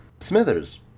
Smithers